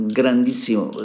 grandissimo